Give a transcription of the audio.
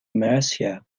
mercia